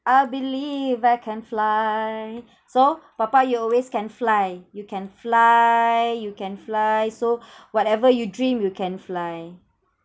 I believe I can fly so papa you always can fly you can fly you can fly so whatever you dream you can fly